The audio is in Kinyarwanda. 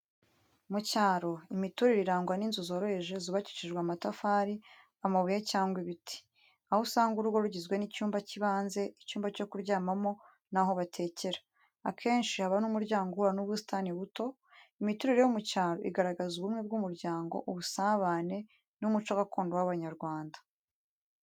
Mu cyaro, imiturire irangwa n'inzu zoroheje zubakishijwe amatafari, amabuye cyangwa ibiti. Aho usanga urugo rugizwe n’icyumba cy’ibanze, icyumba cyo kuryamamo n’aho batekera. Akenshi haba n’umuryango uhura n’ubusitani buto. Imiturire yo mu cyaro igaragaza ubumwe bw’umuryango, ubusabane n’umuco gakondo w’Abanyarwanda.